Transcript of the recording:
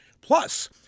Plus